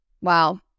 Wow